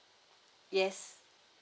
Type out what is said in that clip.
yes